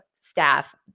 staff